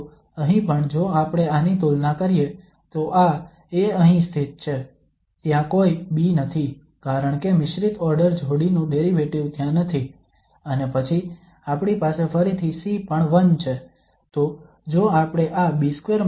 તો અહીં પણ જો આપણે આની તુલના કરીએ તો આ A અહીં સ્થિત છે ત્યાં કોઈ B નથી કારણ કે મિશ્રિત ઓર્ડર જોડીનું ડેરિવેટિવ ત્યાં નથી અને પછી આપણી પાસે ફરીથી C પણ 1 છે